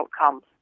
outcomes